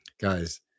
Guys